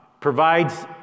Provides